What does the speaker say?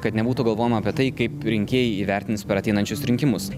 kad nebūtų galvojama apie tai kaip rinkėjai įvertins per ateinančius rinkimus